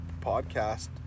podcast